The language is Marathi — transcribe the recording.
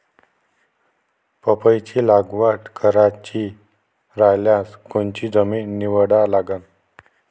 पपईची लागवड करायची रायल्यास कोनची जमीन निवडा लागन?